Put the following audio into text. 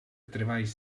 treballs